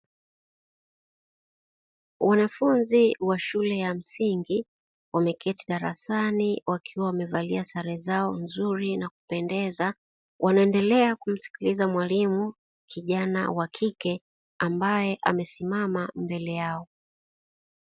Wanafunzi wa shule ya msingi wameketi darasani wakiwa wamevalia sare zao nzuri na kupendeza, wanaendelea kumsikiliza mwalimu kijana wa kike ambaye amesimama mbele yao.